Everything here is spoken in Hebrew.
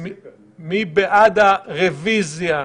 מי נמנע?